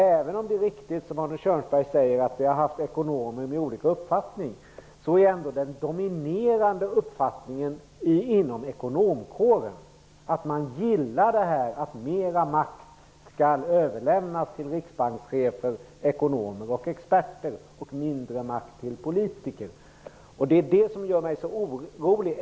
Även om det är riktigt som Arne Kjörnsberg säger, att ekonomerna har haft olika uppfattning, är den dominerande uppfattningen inom ekonomkåren att man gillar att mera makt skall överlämnas till riksbankschefen, ekonomer och experter och mindre makt till politiker. Det är det som gör mig så orolig.